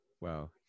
Wow